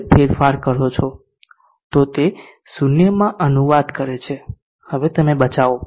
દરેક ફેરફાર કરો છો તો તે 0 માં અનુવાદ કરે છે હવે તમે બચાવો